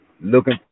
looking